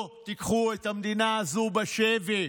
לא תיקחו את המדינה הזו בשבי.